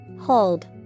Hold